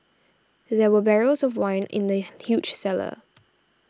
there were barrels of wine in the huge cellar